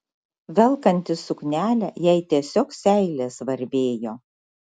velkantis suknelę jai tiesiog seilės varvėjo